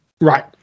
Right